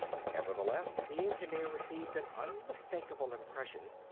nevertheless, the engineer received an unmistakable impression,